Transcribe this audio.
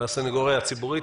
מן הסנגוריה הציבורית,